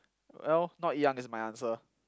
well not young is my answer